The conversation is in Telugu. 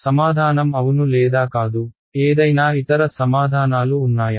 సమాధానం అవును లేదా కాదు ఏదైనా ఇతర సమాధానాలు ఉన్నాయా